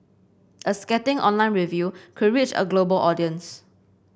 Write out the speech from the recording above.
a scathing online review could reach a global audience